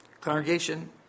Congregation